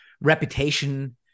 reputation